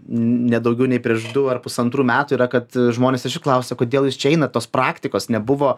ne daugiau nei prieš du ar pusantrų metų yra kad žmonės ir šiaip klausia kodėl jūs čia einat tos praktikos nebuvo